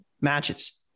matches